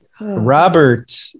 Robert